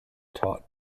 taught